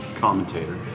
commentator